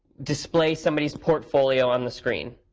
display somebody's portfolio on the screen.